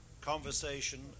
conversation